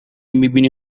میبینی